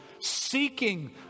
seeking